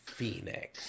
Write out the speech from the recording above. Phoenix